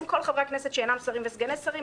כל חברי הכנסת שאינם שרים וסגני שרים.